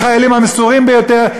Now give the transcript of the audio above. החיילים המסורים ביותר,